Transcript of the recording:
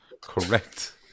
Correct